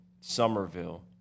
Somerville